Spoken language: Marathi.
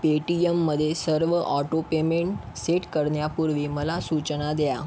पेटीयममध्ये सर्व ऑटो पेमेंट सेट करण्यापूर्वी मला सूचना द्या